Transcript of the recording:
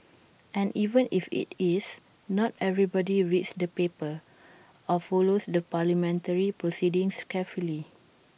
and even if IT is not everybody reads the papers or follows the parliamentary proceedings carefully